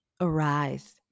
arise